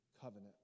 covenant